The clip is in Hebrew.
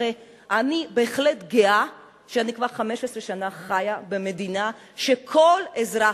הרי אני בהחלט גאה שאני כבר 15 שנה חיה במדינה שכל אזרח,